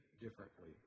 differently